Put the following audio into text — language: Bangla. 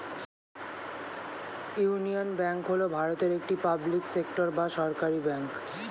ইউনিয়ন ব্যাঙ্ক হল ভারতের একটি পাবলিক সেক্টর বা সরকারি ব্যাঙ্ক